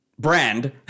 Brand